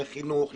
לחינוך,